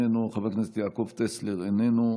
איננו,